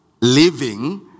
living